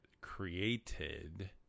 created